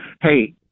hey